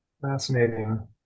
Fascinating